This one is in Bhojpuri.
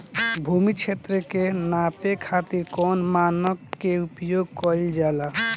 भूमि क्षेत्र के नापे खातिर कौन मानक के उपयोग कइल जाला?